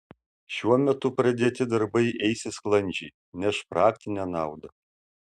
šiuo metu pradėti darbai eisis sklandžiai neš praktinę naudą